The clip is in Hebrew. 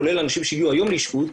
כולל אנשים שהגיעו היום לאשפוז,